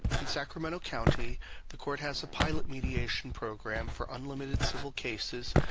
in sacramento county the court has a pilot mediation program for unlimited civil cases,